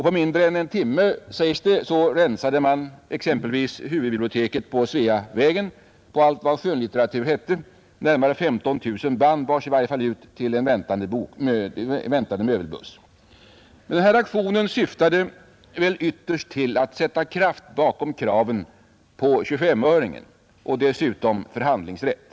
På mindre än en timme, sägs det, länsades exempelvis huvudbiblioteket vid Sveavägen på allt vad skönlitteratur hette — närmare 15 000 band bars i varje fall ut till en väntande möbelbuss. Denna aktion syftade ytterst till att sätta kraft bakom kravet på 25-öringen och på förhandlingsrätt.